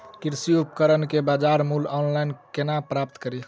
कृषि उपकरण केँ बजार मूल्य ऑनलाइन केना प्राप्त कड़ी?